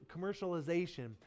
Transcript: commercialization